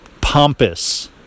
pompous